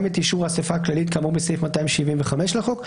גם את אישור האסיפה הכללית כאמור בסעיף 275 לחוק,